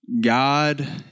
God